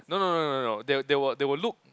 no no no no no they they will they will look